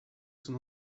son